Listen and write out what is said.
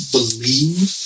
Believe